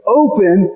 open